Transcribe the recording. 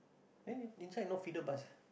then in inside no feeder bus